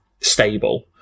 stable